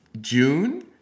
June